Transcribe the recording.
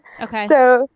Okay